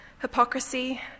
hypocrisy